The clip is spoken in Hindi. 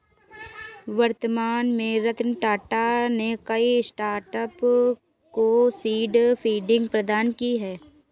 वर्तमान में रतन टाटा ने कई स्टार्टअप को सीड फंडिंग प्रदान की है